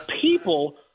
People